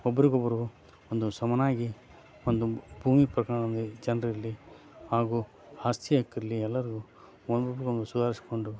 ಒಬ್ಬರಿಗೊಬ್ಬರು ಒಂದು ಸಮನಾಗಿ ಒಂದು ಭೂಮಿ ಪ್ರಕರಣದಲ್ಲಿ ಜನರಿರ್ಲಿ ಹಾಗೂ ಆಸ್ತಿ ಹಕ್ಕಿರ್ಲಿ ಎಲ್ಲರೂ ಒಬ್ರಿಗೊಬ್ಬರು ಸುಧಾರಿಸ್ಕೊಂಡು